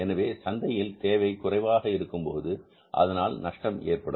எனவே சந்தையில் தேவை குறைவாக இருக்கும்போது அதனால் நஷ்டம் ஏற்படும்